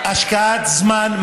על השקעת זמן,